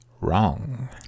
wrong